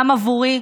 גם בעבורי,